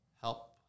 help